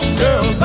girl